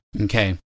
Okay